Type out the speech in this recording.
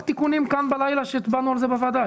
התיקונים כאן בלילה שהצבענו על זה בוועדה?